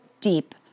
deep